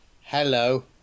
Hello